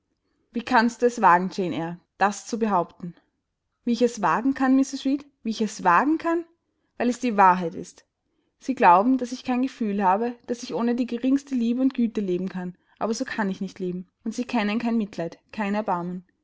wie kannst du es wagen jane eyre das zu behaupten wie ich es wagen kann mrs reed wie ich es wagen kann weil es die wahrheit ist sie glauben daß ich kein gefühl habe daß ich ohne die geringste liebe und güte leben kann aber so kann ich nicht leben und sie kennen kein mitleid kein erbarmen